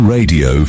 Radio